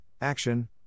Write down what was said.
action